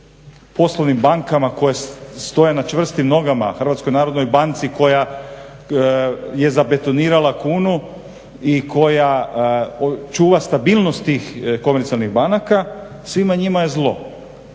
poslovnim bankama koje stoje na čvrstim nogama, Hrvatskoj narodnoj banci koja je zabetonirala kunu i koja čuva stabilnost tih komercijalnih banaka, svima njima je zlo.